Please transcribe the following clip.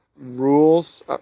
rules